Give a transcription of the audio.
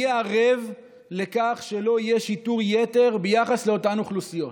מי יהיה ערב לכך שלא יהיה שיטור יתר ביחס לאותן אוכלוסיות?